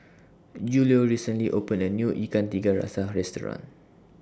Julio recently opened A New Ikan Tiga Rasa Restaurant